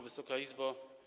Wysoka Izbo!